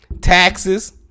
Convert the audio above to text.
taxes